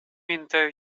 inte